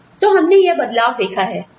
तो हमने यह बदलाव देखा है